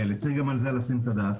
צריך גם על זה לשים את הדעת.